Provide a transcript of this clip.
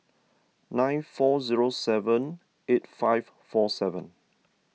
nine four zero seven eight five four seven